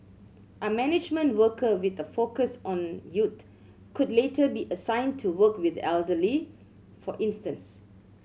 a management worker with a focus on youth could later be assigned to work with the elderly for instance